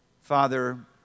Father